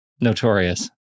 Notorious